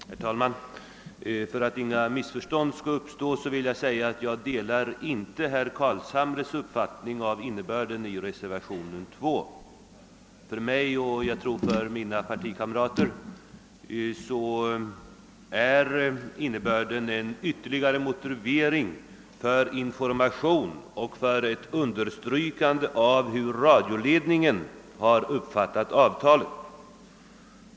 Herr talman! För att inga missförstånd skall uppstå vill jag säga att jag inte delar herr Carlshamres uppfattning om innebörden av reservationen 2. För mig och mina partikamrater är innebörden en ytterligare information och ett understrykande av hur radioledningen har uppfattat avtalet.